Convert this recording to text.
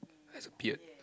has a beard